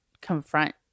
confront